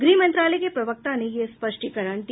गृह मंत्रालय के प्रवक्ता ने यह स्पष्टीकरण दिया